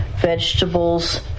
vegetables